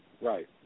Right